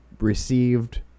received